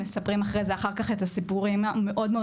מספרים אחר כך את הסיפורים המאוד מאוד